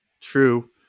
true